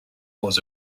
was